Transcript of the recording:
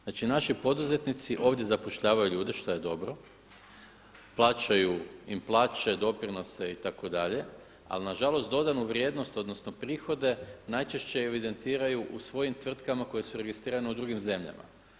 Znači naši poduzetnici ovdje zapošljavaju ljude, šta je dobro, plaćaju im plaće, doprinose, itd., ali nažalost dodanu vrijednost, odnosno prihode najčešće evidentiraju u svojim tvrtkama koje su registrirane u drugim zemljama.